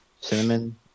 Cinnamon